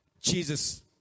Jesus